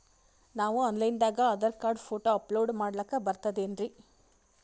ನಾವು online ದಾಗ Aadhaar card, photo upload ಮಾಡ್ಲಕ ಬರ್ತದೇನ್ರಿ?